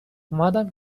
اومدم